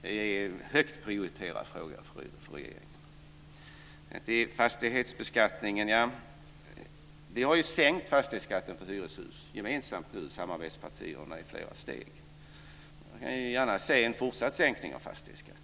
Det är en högt prioriterad fråga för regeringen. Vad gäller fastighetsbeskattningen har vi ju gemensamt i samarbetspartierna sänkt fastighetsskatten på hyreshus nu i flera steg, och man vill gärna se en fortsatt sänkning av fastighetsskatt.